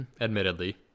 Admittedly